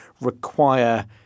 require